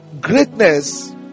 greatness